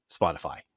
spotify